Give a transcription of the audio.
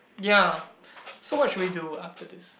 ya so what should we do after this